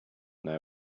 now